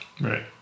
Right